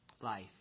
life